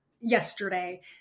yesterday